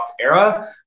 era